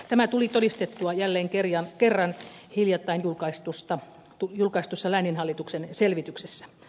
tämä tuli todistettua jälleen kerran hiljattain julkaistussa lääninhallituksen selvityksessä